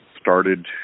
started